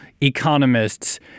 Economists